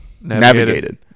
navigated